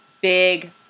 big